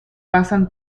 pasan